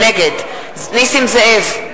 נגד נסים זאב,